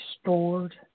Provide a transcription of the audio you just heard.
stored